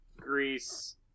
Greece